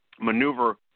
maneuver